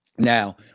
Now